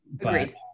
agreed